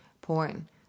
porn